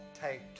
Take